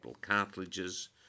cartilages